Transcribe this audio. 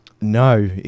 No